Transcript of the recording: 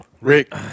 Rick